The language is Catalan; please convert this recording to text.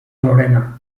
lorena